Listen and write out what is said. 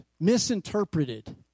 misinterpreted